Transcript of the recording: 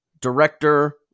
Director